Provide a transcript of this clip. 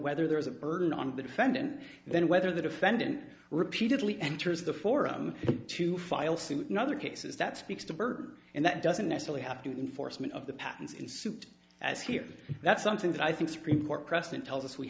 whether there is a burden on the defendant then whether the defendant repeatedly enters the forum to file suit in other cases that speaks to burton and that doesn't necessarily have to enforcement of the patents in suit as here that's something that i think supreme court precedent tells us we